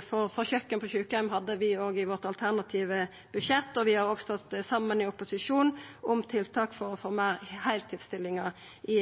for kjøkken på sjukeheim hadde vi òg i vårt alternative budsjett. Vi har òg stått saman i opposisjon om tiltak for å få fleire heiltidsstillingar i